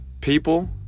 people